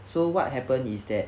so what happen is that